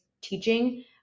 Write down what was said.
teaching